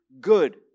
good